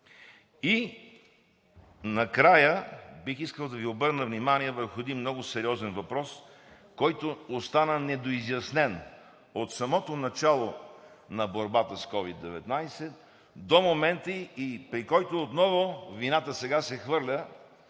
Накрая бих искал да Ви обърна внимание върху един много сериозен въпрос, който остана недоизяснен. От самото начало на борбата с COVID-19 до момента вината сега се хвърля